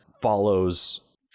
follows